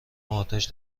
اتش